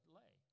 lay